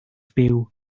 byw